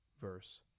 verse